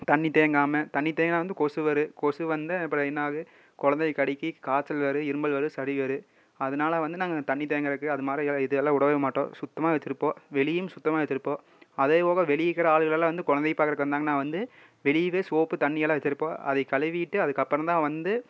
தண்ணி தேங்காமல் தண்ணி தேங்கினா வந்து கொசு வரும் கொசு வந்தால் அப்புறம் என்ன ஆகும் குழந்தைய கடிக்கு காய்ச்சல் வரும் இருமல் வரும் சளி வரும் அதனால் வந்து நாங்கள் தண்ணி தேங்குறதுக்கு அதுமாதிரி இதையெல்லாம் விடவேமாட்டோம் சுத்தமாக வச்சிருப்போம் வெளியேயும் சுத்தமாக வச்சிருப்போம் அதேபோக வெளியே இருக்கிற ஆளுகளெல்லாம் வந்து குழந்தைய பார்க்குறதுக்கு வந்தாங்கனா வந்து வெளியவே சோப்பு தண்ணியெல்லாம் வச்சிருப்போம் அதை கழுவிட்டு அதுக்கு அப்புறம்தான் வந்து